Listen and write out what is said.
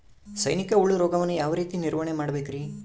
ಸೈನಿಕ ಹುಳು ರೋಗವನ್ನು ಯಾವ ರೇತಿ ನಿರ್ವಹಣೆ ಮಾಡಬೇಕ್ರಿ?